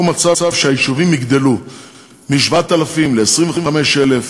מצב שהיישובים גדלים מ-7,000 ל-25,000,